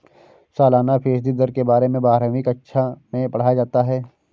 सालाना फ़ीसदी दर के बारे में बारहवीं कक्षा मैं पढ़ाया जाता है